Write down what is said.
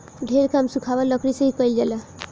ढेर काम सुखावल लकड़ी से ही कईल जाला